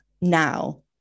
now